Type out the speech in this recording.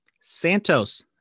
Santos